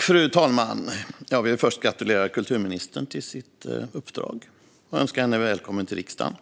Fru talman! Jag vill först gratulera kulturministern till hennes uppdrag och önska henne välkommen till riksdagen.